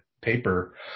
paper